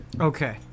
Okay